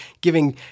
giving